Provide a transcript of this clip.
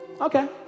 Okay